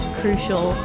crucial